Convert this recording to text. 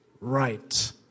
right